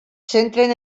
centren